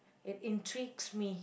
it intrigues me